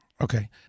Okay